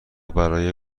برای